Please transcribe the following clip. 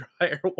dryer